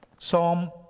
Psalm